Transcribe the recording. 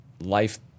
life